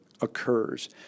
occurs